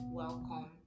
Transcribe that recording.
welcome